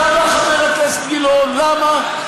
למה, חבר הכנסת גילאון, למה?